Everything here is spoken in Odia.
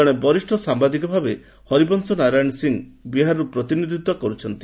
ଜଣେ ବରିଷ୍ଠ ସାମ୍ଭାଦିକ ଭାବେ ହରିବଂଶ ନାରାୟଣ ସିଂହ ବିହାରରୁ ପ୍ରତିନିଧିତ୍ୱ କରୁଛନ୍ତି